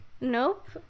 nope